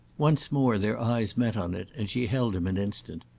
once more their eyes met on it, and she held him an instant.